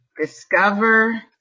Discover